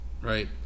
right